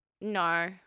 No